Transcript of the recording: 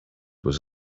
was